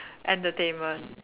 entertainment